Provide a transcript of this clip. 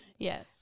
Yes